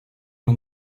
man